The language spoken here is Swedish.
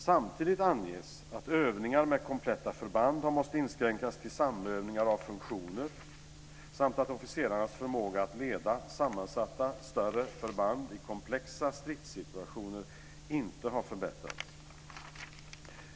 Samtidigt anges att övningar med kompletta förband har måst inskränkas till samövning av funktioner samt att officerarnas förmåga att leda sammansatta större förband i komplexa stridssituationer inte har förbättrats.